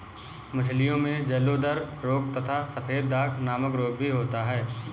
मछलियों में जलोदर रोग तथा सफेद दाग नामक रोग भी होता है